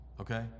Okay